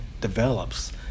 develops